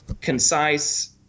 concise